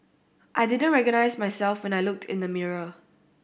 I didn't recognise myself when I looked in the mirror